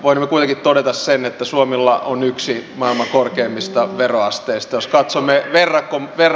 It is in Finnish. voimme kuitenkin todeta sen että suomella on yksi maailman korkeimmista veroasteista jos katsomme verrokkimaita